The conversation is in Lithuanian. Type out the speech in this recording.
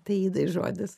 taidai žodis